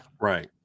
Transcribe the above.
Right